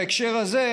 בהקשר הזה,